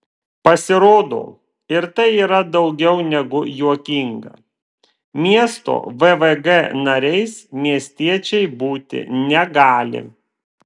pasirodo ir tai yra daugiau negu juokinga miesto vvg nariais miestiečiai būti negali